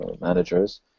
managers